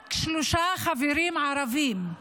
רק שלושה חברים ערבים.